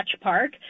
Park